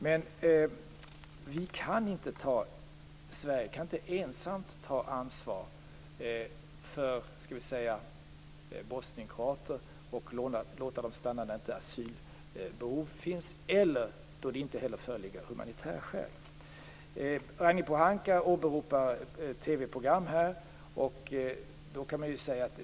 Men Sverige kan inte ensamt ta ansvar för bosnienkroater och låta dem stanna när asylbehov inte finns eller när det inte heller föreligger humanitära skäl. Ragnhild Pohanka åberopar här ett TV-program.